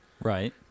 Right